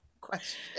Question